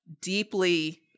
deeply